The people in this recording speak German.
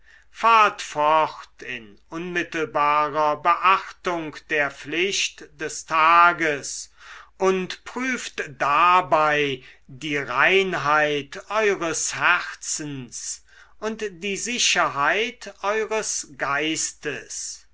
fahrt fort in unmittelbarer beachtung der pflicht des tages und prüft dabei die reinheit eures herzens und die sicherheit eures geistes